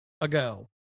ago